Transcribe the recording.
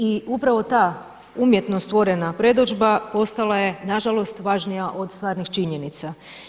I upravo ta umjetno stvorena predodžba postala je nažalost važnija od stvarnih činjenica.